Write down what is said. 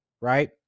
Right